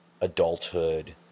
adulthood